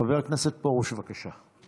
חבר הכנסת פרוש, בבקשה.